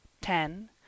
ten